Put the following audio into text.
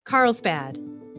Carlsbad